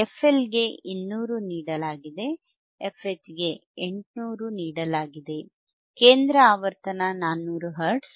fL ಗೆ 200 ನೀಡಲಾಗಿದೆ fH ಗೆ 800 ನೀಡಲಾಗಿದೆ ಕೇಂದ್ರ ಆವರ್ತನ 400 ಹೆರ್ಟ್ಸ್